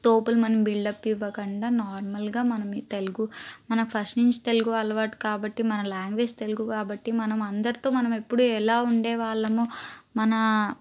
తోపులమని buildup ఇవ్వకండా నార్మల్గా మనం తెలుగు మనం ఫస్ట్ నుంచి తెలుగు అలవాటు కాబట్టి మన లాంగ్వేజ్ తెలుగు కాబట్టి మనం అందరితో మనం ఎప్పుడూ ఎలా ఉండేవాళ్ళమో మన